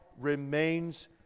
remains